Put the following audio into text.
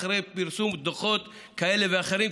אחרי פרסום דוחות כאלה ואחרים,